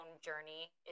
journey